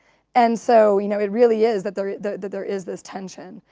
and so you know it really is that there that there is this tension.